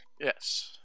Yes